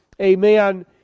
amen